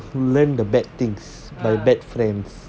learn the bad things by bad friends